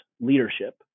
leadership